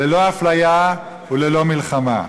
ללא אפליה וללא מלחמה.